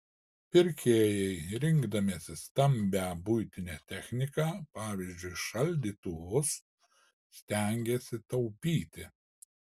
pirkėjai rinkdamiesi stambią buitinę techniką pavyzdžiui šaldytuvus stengiasi taupyti